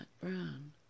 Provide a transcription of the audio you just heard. brown